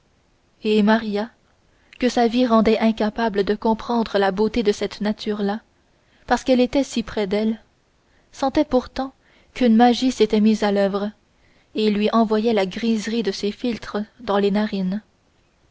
et maria que sa vie rendait incapable de comprendre la beauté de cette nature là parce qu'elle était si près d'elle sentait pourtant qu'une magie s'était mise à l'oeuvre et lui envoyait la griserie de ses philtres dans les narines